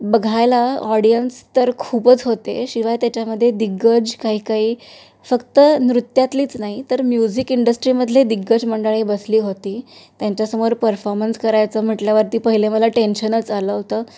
बघायला ऑडियन्स तर खूपच होते शिवाय त्याच्यामध्ये दिग्गज काही काही फक्त नृत्यातलीच नाही तर म्युझिक इंडस्ट्रीमधले दिग्गज मंडळी बसली होती त्यांच्यासमोर परफॉर्मन्स करायचं म्हटल्यावरती पहिले मला टेन्शनच आलं होतं